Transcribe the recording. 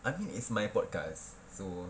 I mean it's my podcast so